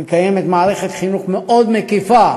מקיימת מערכת חינוך מאוד מקיפה,